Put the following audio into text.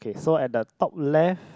so at the top left